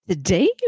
Today